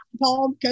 Paul